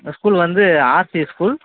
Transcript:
இந்த ஸ்கூல் வந்து RC school